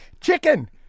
chicken